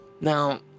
Now